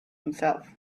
himself